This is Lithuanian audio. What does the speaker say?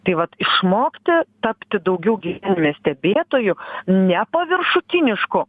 tai vat išmokti tapti daugiau gyvenime stebėtoju ne paviršutiniško